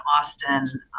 Austin